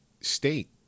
state